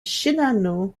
shinano